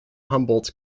humboldt